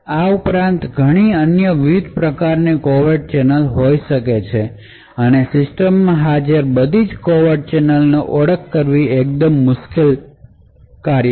આ ઉપરાંત ઘણી અન્ય વિવિધ પ્રકારની કોવેર્ટ ચેનલો હોઈ શકે છે અને સિસ્ટમમાં હાજર બધી કોવેર્ટ ચેનલોની ઓળખ કરવી એકદમ મુશ્કેલ કાર્ય છે